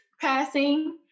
passing